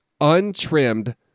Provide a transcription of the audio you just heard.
untrimmed